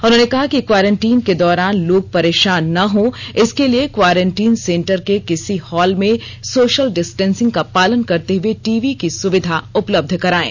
उन्होंने कहा कि क्वारेंटीन के दौरान लोग परेषान न हो इसके लिए क्वारेंटीन सेंटर के किसी हॉल में सोशल डिस्टेंसिंग का पालन करते हुए टीवी की सुविधा उपलब्ध करायें